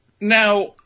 Now